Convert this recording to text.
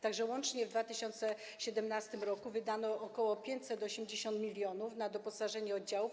Tak że łącznie w 2017 r. wydano ok. 580 mln na doposażenie oddziałów.